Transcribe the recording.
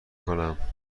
کنم